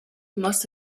must